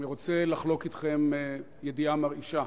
אני רוצה לחלוק אתכם ידיעה מרעישה: